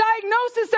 diagnosis